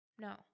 No